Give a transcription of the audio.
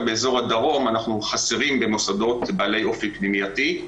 באזור הדרום אנחנו חסרים במוסדות בעלי אופי פנימייתי.